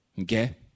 Okay